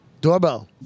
Doorbell